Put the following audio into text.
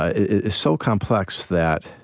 is so complex that,